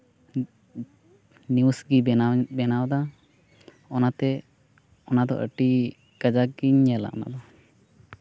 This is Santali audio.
ᱱᱤᱭᱩᱡᱽ ᱜᱮ ᱵᱮᱱᱟᱣ ᱵᱮᱱᱟᱣᱮᱫᱟ ᱚᱱᱟᱛᱮ ᱚᱱᱟᱫᱚ ᱟᱹᱰᱤ ᱠᱟᱡᱟᱠ ᱜᱤᱧ ᱧᱮᱞᱟ ᱚᱱᱟ ᱫᱚ